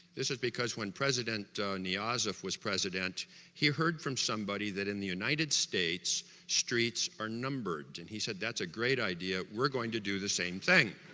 this is because when president niyazov was president he heard from somebody that in the united states streets are numbered. and he said, that's a great idea we're going to do the same thing.